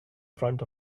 front